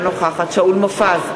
אינה נוכחת שאול מופז,